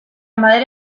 madera